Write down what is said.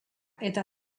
eta